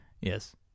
Yes